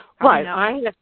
Right